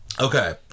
Okay